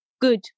good